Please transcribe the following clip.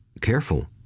careful